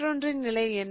மற்றொன்றின் நிலை என்ன